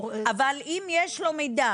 אם יש לו מידע